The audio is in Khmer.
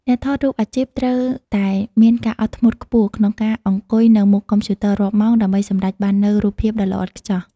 អ្នកថតរូបអាជីពត្រូវតែមានការអត់ធ្មត់ខ្ពស់ក្នុងការអង្គុយនៅមុខកុំព្យូទ័ររាប់ម៉ោង ដើម្បីសម្រេចបាននូវរូបភាពដ៏ល្អឥតខ្ចោះ។